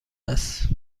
است